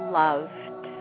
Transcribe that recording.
loved